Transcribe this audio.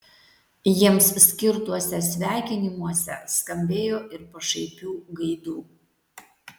jiems skirtuose sveikinimuose skambėjo ir pašaipių gaidų